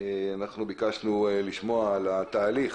אם חלילה יתרחש אירוע מהסוג